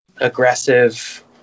aggressive